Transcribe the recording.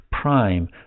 prime